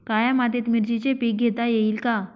काळ्या मातीत मिरचीचे पीक घेता येईल का?